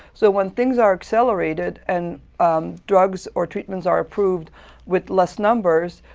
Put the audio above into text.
so when things are accelerated and um drugs or treatments are approved with less numbers,